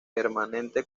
permanente